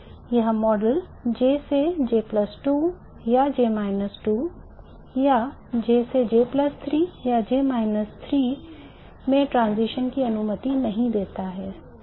यह model J से J 2 या J 2 या J से J 3 या J 3 में transition की अनुमति नहीं देता है